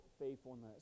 faithfulness